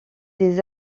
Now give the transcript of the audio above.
des